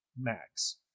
Max